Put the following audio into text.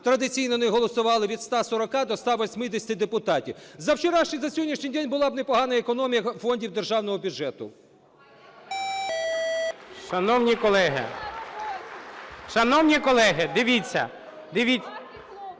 традиційно не голосували від 140 до 180 депутатів. За вчорашній, за сьогоднішній день була б непогана економія фондів державного бюджету.